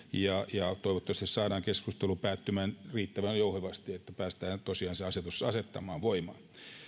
ja toivottavasti saadaan keskustelu päättymään riittävän jouhevasti että päästään tosiaan se asetus asettamaan voimaan